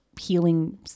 healing